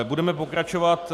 Budeme pokračovat.